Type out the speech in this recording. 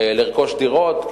לרכוש דירות,